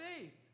faith